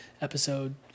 episode